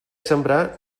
sembrar